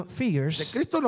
fears